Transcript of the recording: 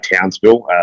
townsville